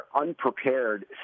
unprepared